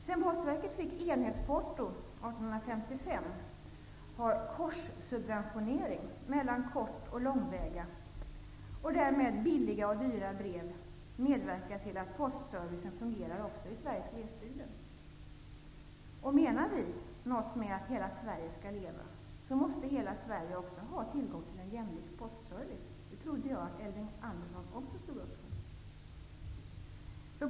Sedan Postverket fick enhetsporto 1855 har korssubventionering mellan kort och långväga och därmed billiga och dyra brev medverkat till att postservicen fungerar också i Sveriges glesbygder. Menar vi något med att hela Sverige skall leva, måste hela Sverige också ha tillgång till en jämlik postservice. Det trodde jag att Elving Andersson också ställde upp på.